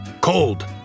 Cold